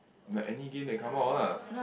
like any game that come out lah